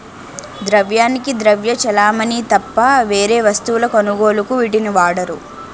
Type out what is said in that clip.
ద్రవ్యానికి ద్రవ్య చలామణి తప్ప వేరే వస్తువుల కొనుగోలుకు వీటిని వాడరు